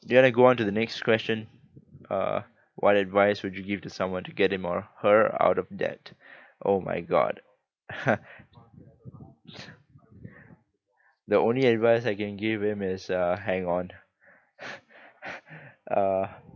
do you want to go on to the next question uh what advice would you give to someone to get him or her out of debt oh my god the only advice I can give him is uh hang on uh